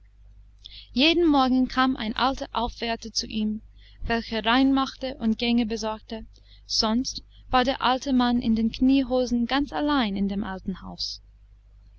jeden morgen kam ein alter aufwärter zu ihm welcher rein machte und gänge besorgte sonst war der alte mann in den kniehosen ganz allein in dem alten hause